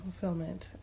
fulfillment